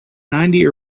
ninety